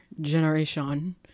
generation